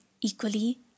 equally